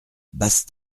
basse